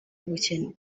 y’ubukene